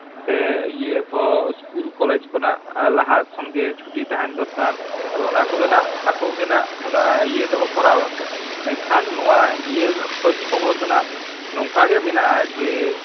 ᱥᱮ ᱤᱭᱟᱹ ᱠᱚ ᱤᱥᱠᱩᱞ ᱠᱚᱞᱮᱡᱽ ᱠᱷᱚᱱᱟᱜ ᱞᱟᱦᱟ ᱠᱷᱚᱱ ᱜᱮ ᱪᱷᱩᱴᱤ ᱛᱟᱦᱮᱱ ᱫᱚᱨᱠᱟᱨ ᱟᱫᱚ ᱚᱱᱟ ᱠᱚᱫᱚ ᱱᱟᱜ ᱟᱠᱚ ᱜᱮ ᱱᱟᱜ ᱚᱱᱟ ᱤᱭᱟᱹ ᱫᱚᱠᱚ ᱠᱚᱨᱟᱣᱟᱠᱚ ᱢᱮᱱᱠᱷᱟᱱ ᱱᱚᱣᱟ ᱤᱭᱟᱹ ᱠᱷᱚᱸᱡᱽ ᱠᱷᱚᱵᱚᱨ ᱫᱚ ᱱᱟᱜ ᱱᱚᱝᱠᱟ ᱜᱮ ᱢᱮᱱᱟᱜᱼᱟ ᱡᱮ